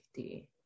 50